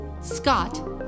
Scott